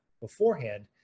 beforehand